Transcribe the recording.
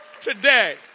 today